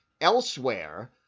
elsewhere